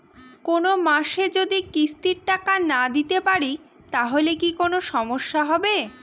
কোনমাসে যদি কিস্তির টাকা না দিতে পারি তাহলে কি কোন সমস্যা হবে?